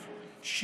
בירושלים,